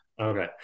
Okay